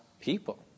people